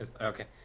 Okay